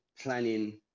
planning